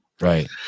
Right